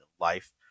life